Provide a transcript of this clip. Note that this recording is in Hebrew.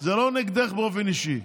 זה לא נגדך באופן אישי.